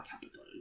capital